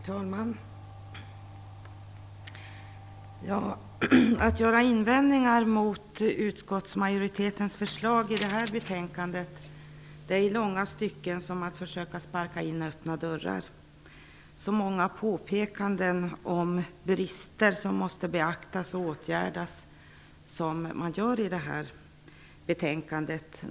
Herr talman! Att göra invändningar mot utskottsmajoritetens förslag i detta betänkande är i långa stycken som att försöka sparka in öppna dörrar. Det görs många påpekanden om brister som måste beaktas och åtgärdas i detta betänkande.